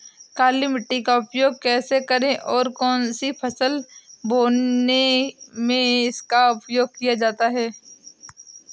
काली मिट्टी का उपयोग कैसे करें और कौन सी फसल बोने में इसका उपयोग किया जाता है?